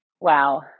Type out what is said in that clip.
wow